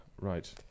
Right